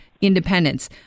independence